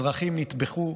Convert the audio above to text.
אזרחים נטבחו,